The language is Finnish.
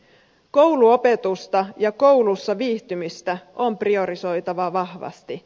kouluopetusta ja koulussa viihtymistä on priorisoitava vahvasti